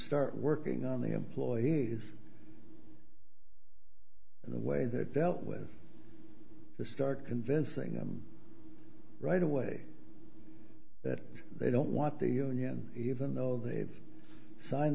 start working on the employees in the way that dealt with the start convincing them right away that they don't want the union even though they've signed